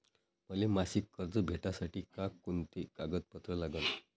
मले मासिक कर्ज भेटासाठी का कुंते कागदपत्र लागन?